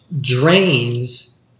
drains